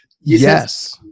yes